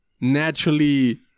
naturally